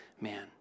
man